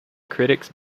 critics